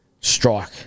strike